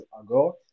ago